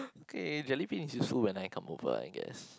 okay jellybean is useful when I come over I guess